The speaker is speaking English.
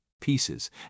pieces